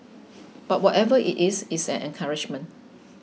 but whatever it is it's an encouragement